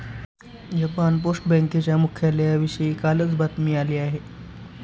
Japan post बँकेच्या मुख्यालयाविषयी कालच बातमी आली आहे